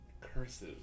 curses